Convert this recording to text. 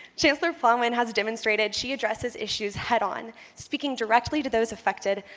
chancellor plowman has demonstrated she addresses issues head-on speaking directly to those affected,